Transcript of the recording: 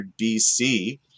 BC